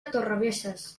torrebesses